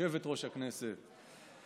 יושבת-ראש הישיבה.